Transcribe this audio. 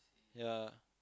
yep